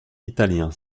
italien